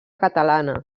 catalana